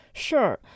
Sure